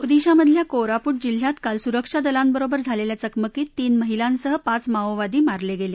ओदिशामधल्या कोरापूट जिल्ह्यात काल सुरक्षा दलांबरोबर झालेल्या चकमकीत तीन महिलांसह पाच माओवादी मारले गेले